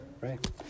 right